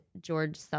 George